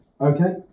Okay